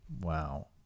wow